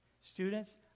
Students